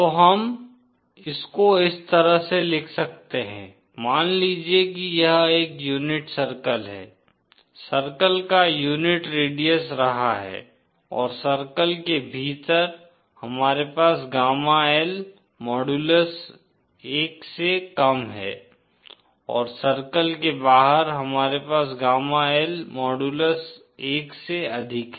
तो हम इसको इस तरह से लिख सकते हैं मान लीजिए कि यह एक यूनिट सर्कल है सर्कल का यूनिट रेडियस रहा है और सर्कल के भीतर हमारे पास गामा L मॉडुलस 1 से कम है और सर्कल के बाहर हमारे पास गामा L मॉडुलस 1 से अधिक है